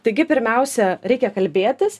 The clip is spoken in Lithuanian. taigi pirmiausia reikia kalbėtis